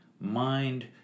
mind